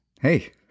Hey